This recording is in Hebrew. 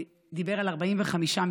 הוא דיבר על 45 מיליון,